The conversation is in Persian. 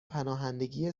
پناهندگی